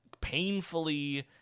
painfully